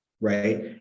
Right